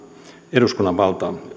eduskunnan valtaa